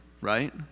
right